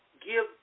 give